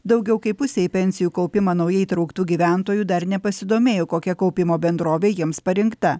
daugiau kaip pusė į pensijų kaupimą naujai įtrauktų gyventojų dar nepasidomėjo kokia kaupimo bendrovė jiems parinkta